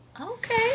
Okay